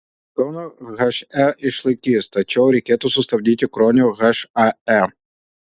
kauno he išlaikys tačiau reikėtų sustabdyti kruonio hae